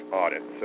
audit